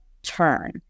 turn